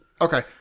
Okay